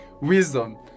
wisdom